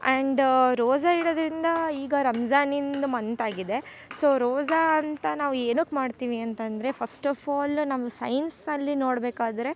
and ರೋಸಾ ಇಡೋದರಿಂದ ಏಕೆ ಅಂದರೆ ನಾನು ಮುಸ್ಲಿಮ್ ಆಗಿರೋದರಿಂದ ನನಗೆ ಈಗ ರಂಜಾನ್ನಿಂದ ಮಂತ್ ಆಗಿದೆ ಸೋ ರೋಸಾ ಅಂತ ನಾವು ಏನಕ್ಕೆ ಮಾಡ್ತೀವಿ ಅಂತಂದರೆ ಫಸ್ಟ್ ಆಫ್ ಆಲ್ ನಮ್ಮ ಸೈನ್ಸ್ ಅಲ್ಲಿ ನೋಡ್ಬೇಕಾದರೆ